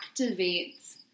activates